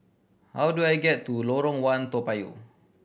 how do I get to Lorong One Toa Payoh